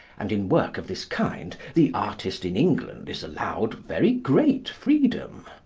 and in work of this kind the artist in england is allowed very great freedom.